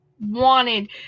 wanted